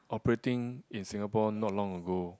operating in Singapore not long ago